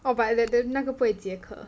oh but then that 那个不会解渴